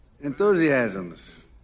enthusiasms